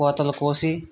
కోతలు కోసి